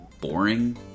boring